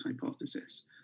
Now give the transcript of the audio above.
hypothesis